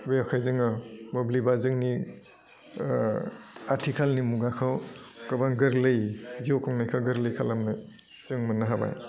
बेखाय जोङो मोब्लिबा जोंनि ओह आथिखालनि मुगाखौ गोबां गोरलै जिउ खुंनायखौ गोरलै खालामनो जों मोन्नो हाबाय